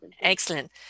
excellent